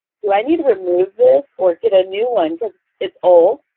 do i need to remove this or get a new one, because it's old?